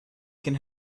can